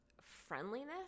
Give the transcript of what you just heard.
friendliness